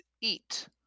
eat